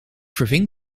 verving